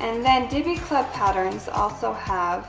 and then, diby club patterns also have